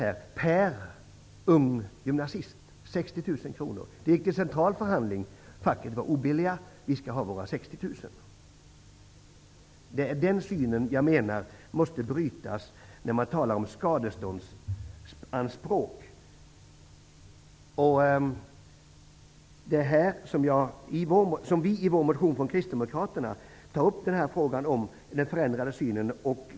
Det var alltså fråga om Facket var obevekligt och ville ha 60 000 kr. Det är den här synen som jag anser måste brytas när man talar om skadeståndsanspråk. I vår motion tar vi kristdemokrater upp frågan om en förändrad syn.